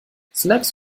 snacks